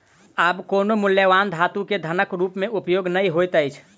आब कोनो मूल्यवान धातु के धनक रूप में उपयोग नै होइत अछि